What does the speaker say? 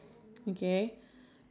zoo keepers